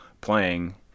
playing